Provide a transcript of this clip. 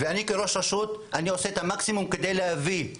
אני כראש רשות עושה את המקסימום כדי להביא את